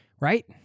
right